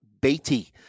Beatty